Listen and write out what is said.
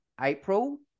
April